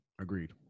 agreed